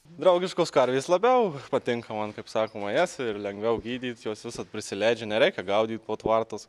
draugiškos karvės labiau patinka man kaip sakoma jas ir lengviau gydyt jos visad prisileidžia nereikia gaudyt po tvartus